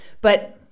But-